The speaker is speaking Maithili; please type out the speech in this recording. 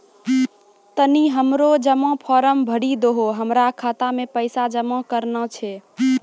तनी हमरो जमा फारम भरी दहो, हमरा खाता मे पैसा जमा करना छै